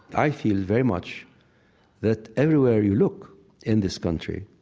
i feel very much that everywhere you look in this country,